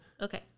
Okay